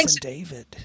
David